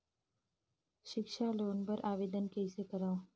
सिक्छा लोन बर आवेदन कइसे करव?